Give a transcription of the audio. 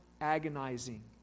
agonizing